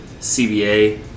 CBA